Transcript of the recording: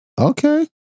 Okay